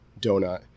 donut